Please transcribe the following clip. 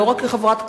לא רק כחברת כנסת,